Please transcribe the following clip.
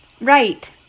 right